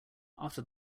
after